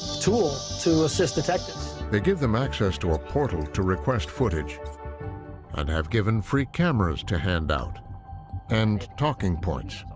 tool to assist detectives they give them access to a portal to request footage and have given free cameras to hand out and talking points.